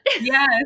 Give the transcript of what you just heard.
yes